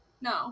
No